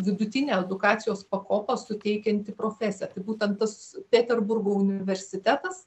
vidutinė edukacijos pakopa suteikianti profesiją tai būtent tas peterburgo universitetas